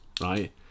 right